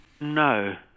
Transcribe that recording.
No